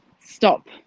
stop